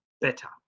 better